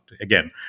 again